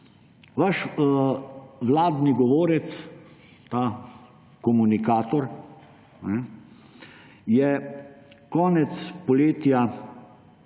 vaš vladni govorec, ta komunikator, je konec poletja